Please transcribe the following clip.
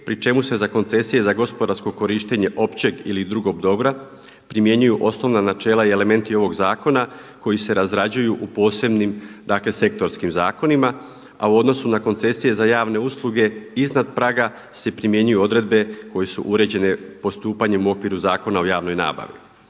pri čemu se za koncesije za gospodarsko korištenje općeg ili drugog dobra primjenjuju osnovna načela i elementi ovog zakona koji se razrađuju u posebni sektorskim zakonima, a u odnosu na koncesije za javne usluge iznad praga se primjenjuju odredbe koje su uređenje postupanjem u okviru Zakona o javnoj nabavi.